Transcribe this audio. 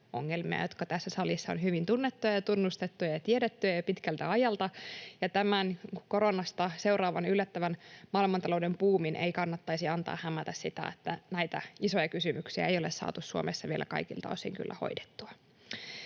ongelmia, jotka tässä salissa ovat hyvin tunnettuja ja tunnustettuja ja tiedettyjä jo pitkältä ajalta, ja tämän koronasta seuraavan yllättävän maailmantalouden buumin ei kannattaisi antaa hämätä sitä, että näitä isoja kysymyksiä ei kyllä ole saatu Suomessa vielä kaikilta osin hoidettua.